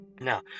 Now